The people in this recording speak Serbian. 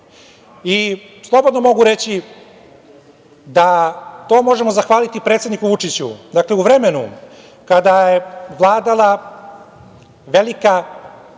Slobodno mogu reći da to možemo zahvaliti predsedniku Vučiću. Dakle, u vremenu kada je vladala velika,